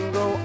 go